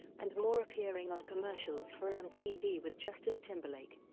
and more appearing on commercials for mtv with justin timberlake.